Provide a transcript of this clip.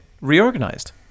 reorganized